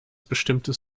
bestimmtes